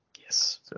Yes